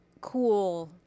cool